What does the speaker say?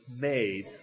made